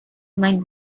might